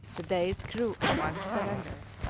the dazed crew at once surrendered.